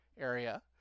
area